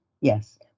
yes